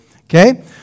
Okay